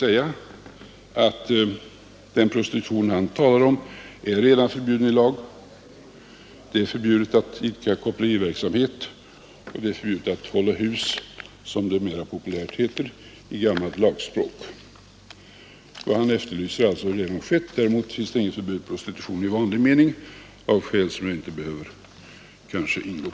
välkommet, men vi vill alltså gå ett steg längre och ha ett beslut i dag. Jag tror att de som från denna utgångspunkt sett röstade fel 1971 har ett Däremot finns det inget förbud mot prostitution i vanlig mening, av skäl som jag kanske inte behöver ingå på.